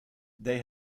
they